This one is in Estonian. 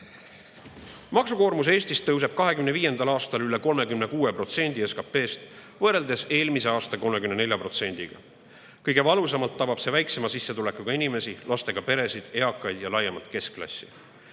Maksukoormus Eestis tõuseb 2025. aastal üle 36% SKP‑st, eelmisel aastal oli see 34%. Kõige valusamalt tabab see [tõus] väiksema sissetulekuga inimesi, lastega peresid, eakaid ja laiemalt keskklassi.